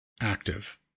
active